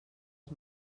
els